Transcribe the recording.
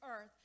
earth